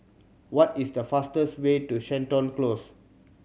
what is the fastest way to Seton Close